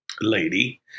lady